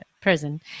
prison